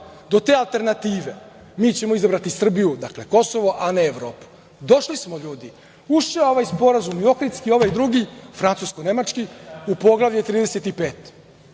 do te alternative, mi ćemo izabrati Srbiju, dakle Kosovo, a ne Evropu. Došli smo ljudi, ušli u ovaj sporazum, Ohridski i ovaj drugi, francusko-nemački, u poglavlje